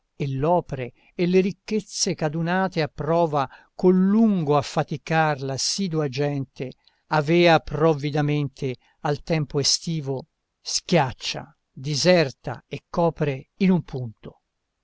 e l'opre e le ricchezze che adunate a prova con lungo affaticar l'assidua gente avea provvidamente al tempo estivo schiaccia diserta e copre in un punto